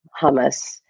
hummus